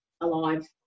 alive